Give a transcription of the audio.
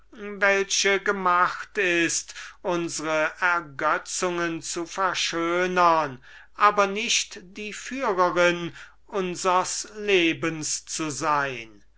welche gemacht ist unsre ergötzungen zu verschönern aber nicht die führerin unsers lebens zu sein